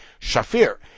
Shafir